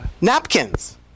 Napkins